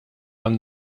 għan